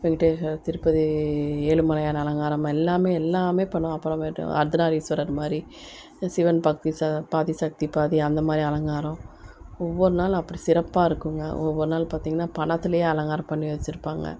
வெங்கடேச திருப்பதி ஏழுமலையான் அலங்காரம் எல்லாமே எல்லாமே பண்ணுவாங்க அப்புறமேட்டு அர்த்தநாரீஸ்வரர் மாதிரி சிவன் பக்தி சா பாதி சக்தி பாதி அந்த மாதிரி அலங்காரம் ஒவ்வொரு நாள் அப்படி சிறப்பாக இருக்குங்க ஒவ்வொரு நாள் பார்த்தீங்கன்னா பணத்துலேயே அலங்காரம் பண்ணி வெச்சுருப்பாங்க